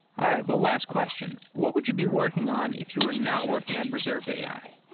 all right. well, last question. what would you be working on if you are not working on reserved ai?